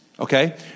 Okay